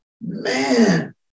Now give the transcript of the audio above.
man